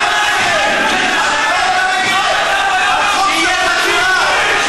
לעשות דה-לגיטימציה לכוחות הביטחון.